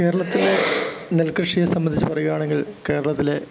കേരളത്തിലെ നെൽകൃഷിയെ സംബന്ധിച്ച് പറയുകയാണെങ്കിൽ കേരളത്തിലെ